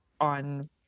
on